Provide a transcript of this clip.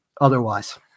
otherwise